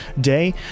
day